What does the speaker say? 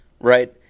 right